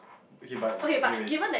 okay but anyways